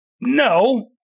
No